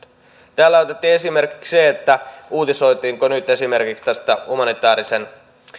täällä otettiin esimerkiksi se että uutisoitiinko nyt tarpeeksi tästä humanitäärisen